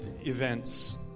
events